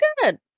good